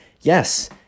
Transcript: Yes